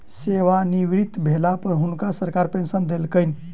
सेवानिवृत भेला पर हुनका सरकार पेंशन देलकैन